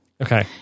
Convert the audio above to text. Okay